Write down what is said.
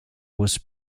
was